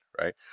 right